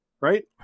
Right